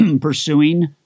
pursuing